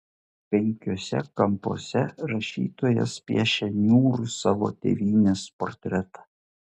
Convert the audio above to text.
penkiuose kampuose rašytojas piešia niūrų savo tėvynės portretą